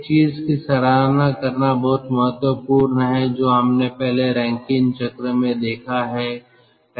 एक चीज की सराहना करना बहुत महत्वपूर्ण है जो हमने पहले रैंकिन चक्र में देखा है